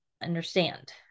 understand